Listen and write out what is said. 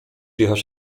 jechać